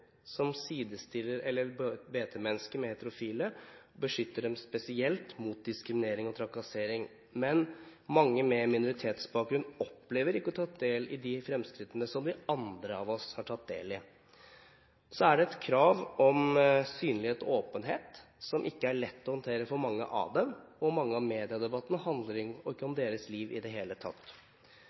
som sidestiller LHBT-mennesker med heterofile, og som beskytter dem spesielt mot diskriminering og trakassering. Men mange med minoritetsbakgrunn opplever ikke å ta del i de fremskrittene som vi andre tar del i. Så er det et krav om synlighet og åpenhet, noe som ikke er lett å håndtere for mange av dem, og mye av mediedebatten handler ikke om deres liv i det hele tatt.